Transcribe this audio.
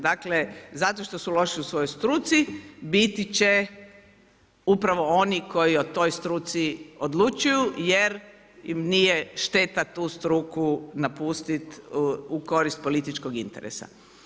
Dakle, zato što su loši u svojoj struci, biti će upravo oni koji o toj svojoj struci odlučuju, jer im nije šteta tu struku napustiti u korist političkog interesa.